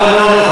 נו, נו,